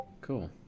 Cool